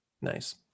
nice